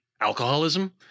alcoholism